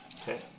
Okay